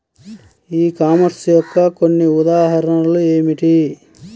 ఈ కామర్స్ యొక్క కొన్ని ఉదాహరణలు ఏమిటి?